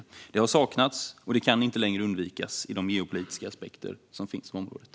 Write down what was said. Detta har saknats och kan inte längre undvikas i de geopolitiska aspekter som finns på området.